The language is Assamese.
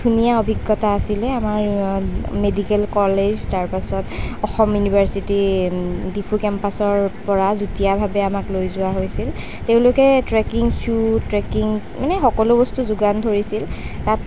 ধুনীয়া অভিজ্ঞতা আছিলে আমাৰ মেডিকেল কলেজ তাৰ পাছত অসম ইউনিভাৰ্ছিটি ডিফু কেম্পাছৰ পৰা যুতীয়াভাৱে আমাক লৈ যোৱা হৈছিল তেওঁলোকে ট্ৰেকিং শ্বু ট্ৰেকিং মানে সকলো বস্তু যোগান ধৰিছিল তাত